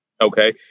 Okay